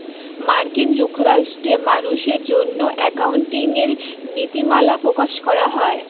মার্কিন যুক্তরাষ্ট্রে মানুষের জন্য অ্যাকাউন্টিং এর নীতিমালা প্রকাশ করা হয়